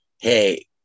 hey